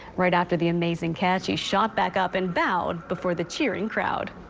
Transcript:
right after the amazing catch, he shot back up and bowed before the cheering crowd.